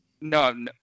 No